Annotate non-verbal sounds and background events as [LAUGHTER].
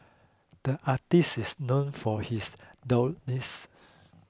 the artist is known for his [UNINTELLIGIBLE]